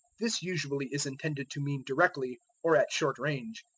this usually is intended to mean directly, or at short range.